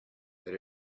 that